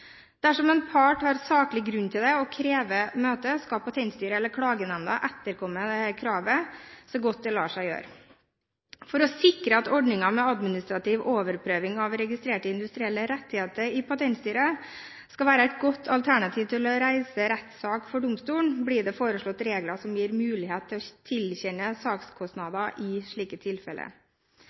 Dersom en part som har saklig grunn til det, krever møte, skal Patentstyret eller Klagenemnda etterkomme dette kravet så godt det lar seg gjøre. For å sikre at ordningen med administrativ overprøving av registrerte industrielle rettigheter i Patentstyret skal være et godt alternativ til å reise rettssak for domstolene, blir det foreslått regler som gir mulighet til å tilkjenne saksomkostninger i slike tilfeller.